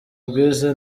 rwize